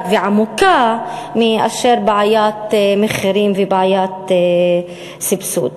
ועמוקה מאשר בעיית מחירים ובעיית סבסוד.